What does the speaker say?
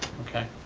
okay.